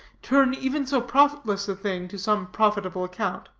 turn even so profitless a thing to some profitable account.